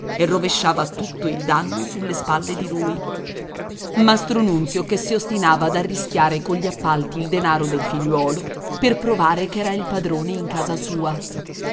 e rovesciava tutto il danno sulle spalle di lui mastro nunzio che si ostinava ad arrischiare cogli appalti il denaro del figliuolo per provare che era il padrone in casa sua